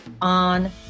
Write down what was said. on